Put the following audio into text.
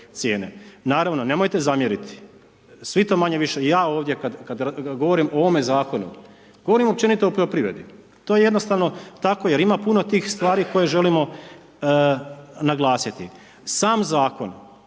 cijene. Naravno, nemojte zamjeriti, svi to manje-više, ja ovdje kada govorim o ovome zakonu, govorim općenito o poljoprivredi, to je jednostavno tako jer ima puno tih stvari koje želimo naglasiti. Sam zakon,